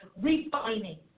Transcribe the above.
refining